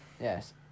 Yes